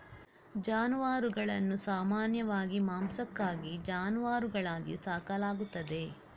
ಜಾನುವಾರುಗಳನ್ನು ಸಾಮಾನ್ಯವಾಗಿ ಮಾಂಸಕ್ಕಾಗಿ ಜಾನುವಾರುಗಳಾಗಿ ಸಾಕಲಾಗುತ್ತದೆ